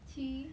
七